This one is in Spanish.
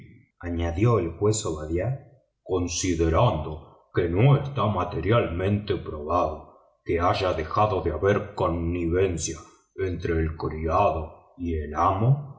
añadió el juez obadiah considerando que no está materialmente probado que haya dejado de haber convivencia entre el criado y el amo